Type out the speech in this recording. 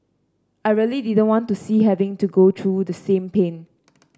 I really didn't want to see having to go through the same pain